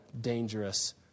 dangerous